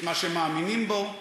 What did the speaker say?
את מה שהם מאמינים בו,